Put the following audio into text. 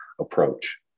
approach